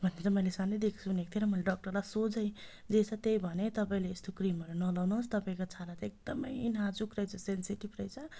भन्ने त मैले सानैदेखि सुनेको थिए र मैले डक्टरलाई सोझै जे छ त्यही भनेँ तपाईँले यस्तो क्रिमहरू नलगाउनुहोस् तपाईँको छाला एकदमै नाजुक रहेछ सेन्सेटिभ रहेछ